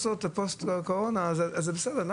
בגלל שזה תוצאה של הקורונה אז זה בסדר.